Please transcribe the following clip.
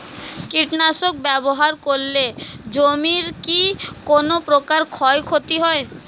কীটনাশক ব্যাবহার করলে জমির কী কোন প্রকার ক্ষয় ক্ষতি হয়?